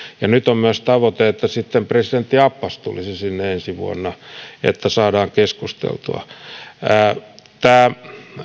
ja nyt on myös tavoite että presidentti abbas tulisi sinne ensi vuonna jotta saadaan keskusteltua eihän tämä